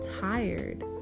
tired